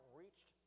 reached